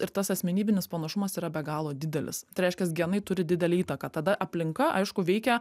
ir tas asmenybinis panašumas yra be galo didelis tai reiškias genai turi didelę įtaką tada aplinka aišku veikia